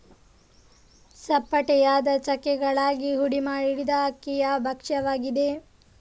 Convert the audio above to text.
ಚಪ್ಪಟೆಯಾದ ಚಕ್ಕೆಗಳಾಗಿ ಪುಡಿ ಮಾಡಿದ ಅಕ್ಕಿಯ ಭಕ್ಷ್ಯವಾಗಿದೆ